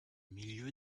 milieu